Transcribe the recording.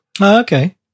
Okay